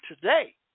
today